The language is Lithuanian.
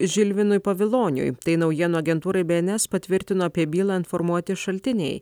žilvinui paviloniui tai naujienų agentūrai b en es patvirtino apie bylą informuoti šaltiniai